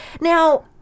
Now